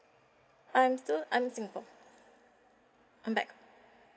I'm still I'm singapore I'm back